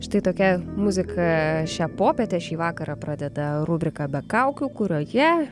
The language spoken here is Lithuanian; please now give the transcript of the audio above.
štai tokia muzika šią popietę šį vakarą pradeda rubriką be kaukių kurioje